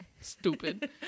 stupid